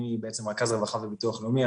אני בעצם רכז רווחה וביטוח לאומי,